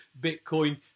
Bitcoin